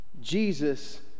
Jesus